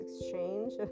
exchange